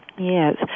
Yes